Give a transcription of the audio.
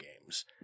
games